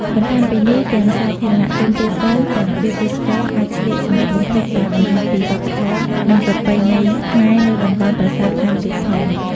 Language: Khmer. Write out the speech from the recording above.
បន្ថែមពីនេះទាំងសាធារណៈជនទូទៅ ទាំងភ្ញៀវទេសចរណ៍អាចស្លៀកសម្លៀកបំពាក់ដែលបង្ហាញពីវប្បធម៌និងប្រពៃណីខ្មែរនៅតំបន់ប្រាសាទថែមទៀតផង។